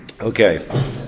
Okay